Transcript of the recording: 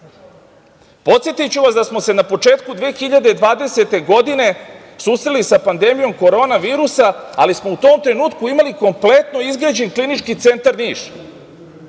zdravlja. Podsetiću vas da smo se na početku 2020. godine, susreli sa pandemijom korona virusa, ali smo u tom trenutku imali kompletno izgrađen Klinički centar Niš.